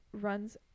runs